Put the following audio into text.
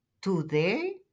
today